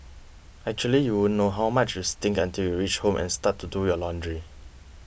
actually you won't know how much you stink until you reach home and start to do your laundry